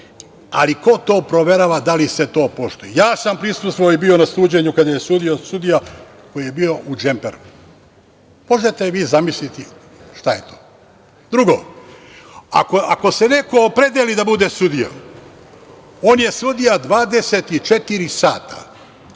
ali ko proverava da li se to poštuje? Ja sam prisustvovao i bio na suđenju kada je sudio sudija koji je bio u džemperu. Možete vi zamisliti šta je to. Drugo, ako se neko opredeli da bude sudija, on je sudija 24 sata